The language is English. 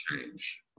change